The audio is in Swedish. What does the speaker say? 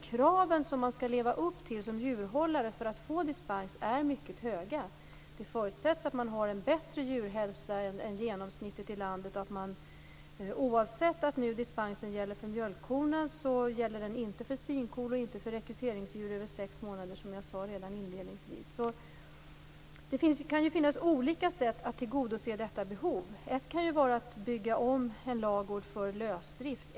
Kraven som en djurhållare skall leva upp till för att få dispens är mycket höga. Det förutsätts att djurhälsan skall vara bättre än genomsnittet i landet. Oavsett om dispensen gäller för mjölkkor, gäller den inte för sinkor och rekryteringsdjur över sex månader, som jag sade redan inledningsvis. Det kan finnas olika sätt att tillgodose detta behov. Ett kan vara att bygga om en ladugård för lösdrift.